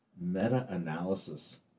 meta-analysis